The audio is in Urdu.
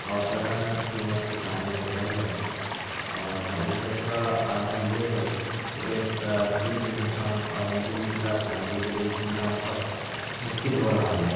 اوسطاً قیمت کے چاول مل رہے ہیں اور معیشت کا عالم یہ ہے کہ ایک غریب انسان اور مڈل کلاس فیملی کے لیے جینا بہت مشکل ہو رہا ہے